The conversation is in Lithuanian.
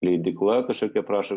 leidykla kažkokia prašo